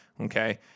Okay